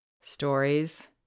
Stories